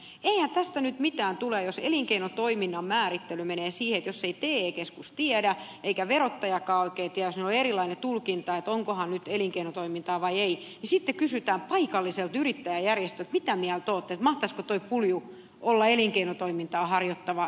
eihän tästä nyt mitään tule jos elinkeinotoiminnan määrittely menee siihen että jos ei te keskus tiedä eikä verottajakaan oikein tiedä jos niillä on erilainen tulkinta onkohan nyt elinkeinotoimintaa vai ei niin sitten kysytään paikalliselta yrittäjäjärjestöltä mitä mieltä olette mahtaisiko tuo pulju olla elinkeinotoimintaa harjoittava yhteisö vai ei